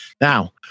Now